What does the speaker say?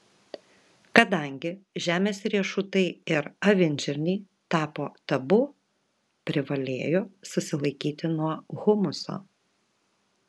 kadangi žemės riešutai ir avinžirniai tapo tabu privalėjo susilaikyti nuo humuso